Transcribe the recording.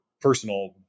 personal